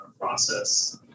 process